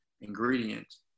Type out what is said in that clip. ingredients